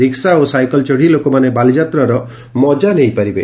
ରିକ୍ବା ଓ ସାଇକେଲ ଚତି ଲୋକମାନେ ବାଲିଯାତ୍ରାର ମଜା ନେଇପାରିବେ